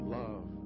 love